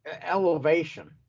elevation